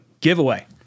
giveaway